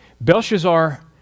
Belshazzar